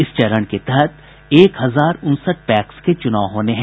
इस चरण के तहत एक हजार उनसठ पैक्स के चुनाव होने हैं